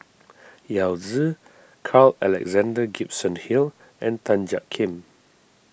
Yao Zi Carl Alexander Gibson Hill and Tan Jiak Kim